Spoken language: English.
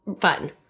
fun